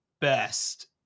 best